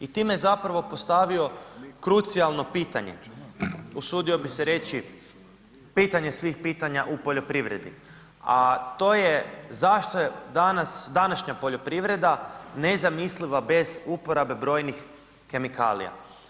I time zapravo je postavio krucijalno pitanje, usudio bih se reći pitanje svih pitanja u poljoprivredi, a to je zašto je danas, današnja poljoprivreda, nezamisliva bez uporabe brojnih kemikalija.